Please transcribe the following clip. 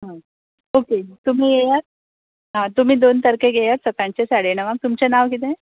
okay तुमी येयात आं तुमी दोन तारकेक येयात सकाळच्या साडेणवांक तुमचें नांव कितें